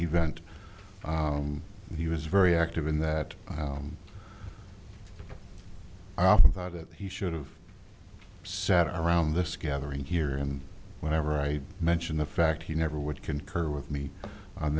event and he was very active in that i often thought that he should have sat around this gathering here and whenever i mention the fact he never would concur with me on